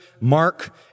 Mark